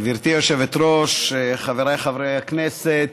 גברתי היושבת-ראש, חבריי חברי הכנסת,